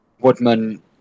Woodman